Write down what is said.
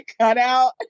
cutout